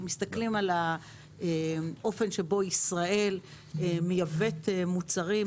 אנחנו מסתכלים על האופן שבו ישראל מייבאת מוצרים,